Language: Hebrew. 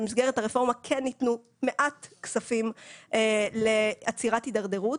כן ניתנו מעט כספים לעצירת הידרדרות.